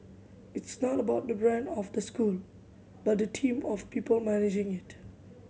it's not about the brand of the school but the team of people managing it